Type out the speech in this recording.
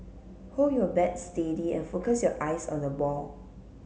hold your bat steady and focus your eyes on the ball